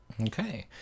Okay